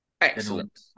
Excellent